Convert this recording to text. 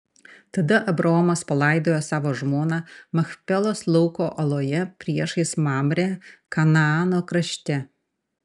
tada abraomas palaidojo savo žmoną machpelos lauko oloje priešais mamrę kanaano krašte